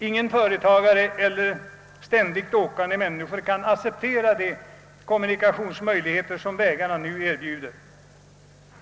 Ingen företagare och inga ständigt åkande människor kan acceptera de kommunikationsmöjligheter som vägarna nu erbjuder.